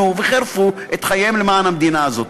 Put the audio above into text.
שחירפו ונתנו את חייהם למען המדינה הזאת.